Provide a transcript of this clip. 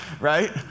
right